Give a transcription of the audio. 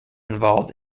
involved